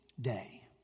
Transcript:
day